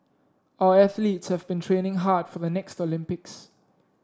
our athletes have been training hard for the next Olympics